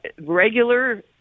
Regular